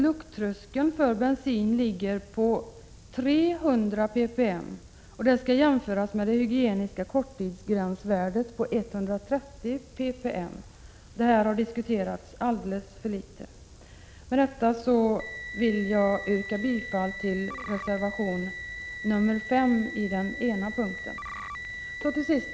Lukttröskeln för bensin ligger på 300 ppm, och det skall jämföras med det hygieniska korttidsgränsvärdet på 130 ppm. Detta faktum har diskuterats alldeles för litet. Med detta vill jag yrka bifall till reservation 5 där denna punkt tas upp.